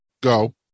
go